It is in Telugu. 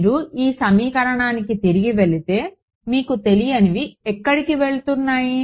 మీరు ఈ సమీకరణానికి తిరిగి వెళితే మీకు తెలియనివి ఎక్కడికి వెళ్తున్నాయి